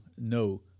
no